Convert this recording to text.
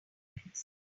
complex